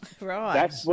Right